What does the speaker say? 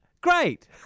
great